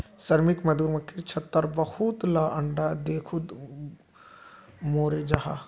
श्रमिक मधुमक्खी छत्तात बहुत ला अंडा दें खुद मोरे जहा